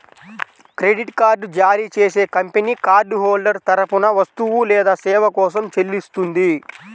credit card జారీ చేసే company card holder తరపున వస్తువు లేదా సేవ కోసం చెల్లిస్తుంది